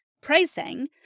pricing